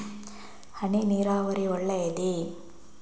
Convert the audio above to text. ಹನಿ ನೀರಾವರಿ ಒಳ್ಳೆಯದೇ?